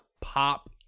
pop